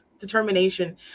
determination